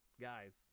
guys